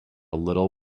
little